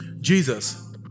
Jesus